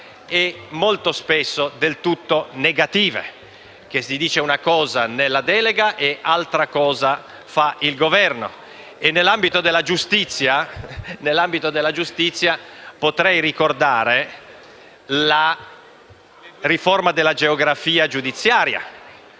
e molto spesso del tutto negative: nella delega si dice una cosa e altra cosa fa il Governo. E, nell'ambito della giustizia, potrei ricordare la riforma della geografia giudiziaria,